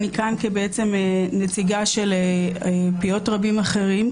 אני כאן כנציגה של פיות רבים אחרים,